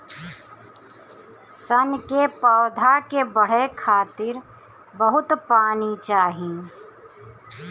सन के पौधा के बढ़े खातिर बहुत पानी चाही